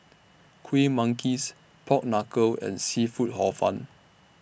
Kuih Manggis Pork Knuckle and Seafood Hor Fun